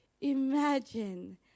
Imagine